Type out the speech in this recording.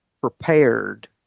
prepared